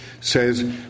says